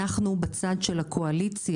אנחנו, בצד של הקואליציה